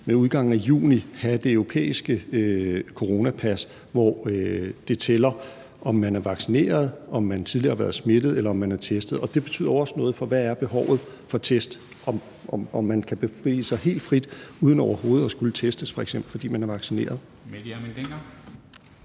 ved udgangen af juni have det europæiske coronapas, hvor det tæller, om man er vaccineret, om man tidligere har været smittet, eller om man er testet. Det betyder jo også noget, for hvad er behovet for test? Kan man bevæge sig helt frit uden overhovedet at skulle testes, hvis man f.eks. er vaccineret?